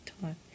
time